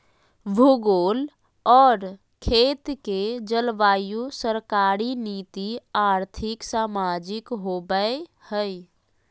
भूगोल और खेत के जलवायु सरकारी नीति और्थिक, सामाजिक होबैय हइ